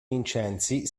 vincenzi